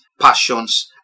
passions